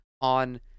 on